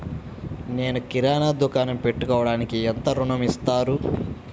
నేను కిరాణా దుకాణం పెట్టుకోడానికి ఎంత ఋణం ఇస్తారు?